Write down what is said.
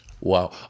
Wow